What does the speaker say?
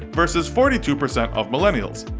versus forty two percent of millennials.